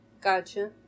Gotcha